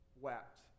wept